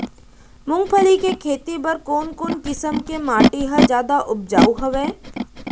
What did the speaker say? मूंगफली के खेती बर कोन कोन किसम के माटी ह जादा उपजाऊ हवये?